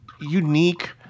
unique